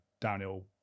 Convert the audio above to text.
downhill